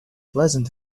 pleasant